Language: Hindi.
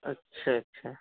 अच्छा अच्छा